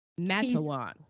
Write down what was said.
Matawan